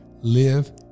live